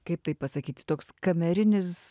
kaip tai pasakyt toks kamerinis